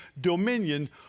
dominion